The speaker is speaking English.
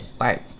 Right